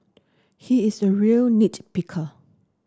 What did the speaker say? he is a real nit picker